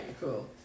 cool